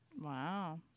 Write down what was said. wow